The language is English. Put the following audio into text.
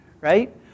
right